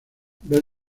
ver